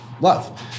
love